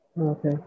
Okay